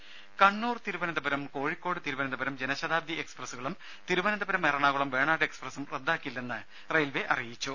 രുമ കണ്ണൂർ തിരുവനന്തപുരം കോഴിക്കോട് തിരുവനന്തപുരം ജനശതാബ്ദി എക്സ്പ്രസുകളും തിരുവനന്തപുരം എറണാകുളം വേണാട് എക്സ്പ്രസും റദ്ദാക്കില്ലെന്ന് റെയിൽവെ അറിയിച്ചു